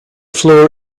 floor